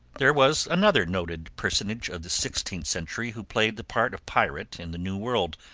there was another noted personage of the sixteenth century who played the part of pirate in the new world,